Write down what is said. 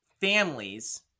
families